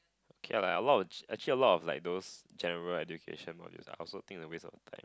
okay lah a lot g~ actually a lot like those general education modules I also think a waste of time